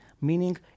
meaning